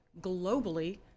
globally